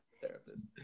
therapist